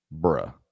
Bruh